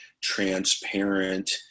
transparent